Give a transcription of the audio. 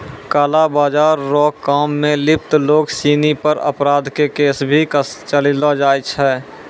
काला बाजार रो काम मे लिप्त लोग सिनी पर अपराध के केस भी चलैलो जाय छै